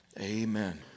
Amen